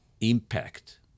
impact